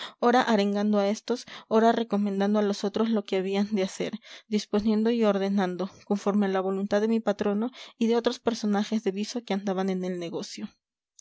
ora arengando a estos ora recomendando a los otros lo que habían de hacer disponiendo y ordenando conforme a la voluntad de mi patrono y de otros personajes de viso que andaban en el negocio